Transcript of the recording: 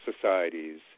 societies